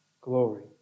glory